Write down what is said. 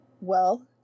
well-